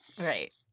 Right